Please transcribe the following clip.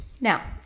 Now